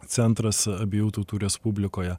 centras abiejų tautų respublikoje